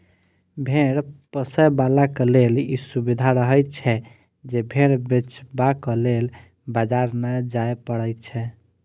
भेंड़ पोसयबलाक लेल ई सुविधा रहैत छै जे भेंड़ बेचबाक लेल बाजार नै जाय पड़ैत छै